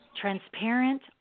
transparent